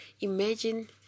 imagine